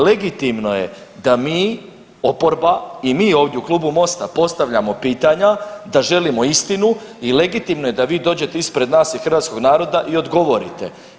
Legitimno je da mi oporba i mi ovdje u klubu Mosta postavljamo pitanja da želimo istinu i legitimno je da vi dođete ispred nas i hrvatskog naroda i odgovorite.